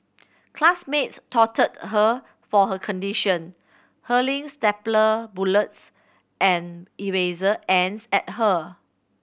classmates taunted her for her condition hurling stapler bullets and eraser ends at her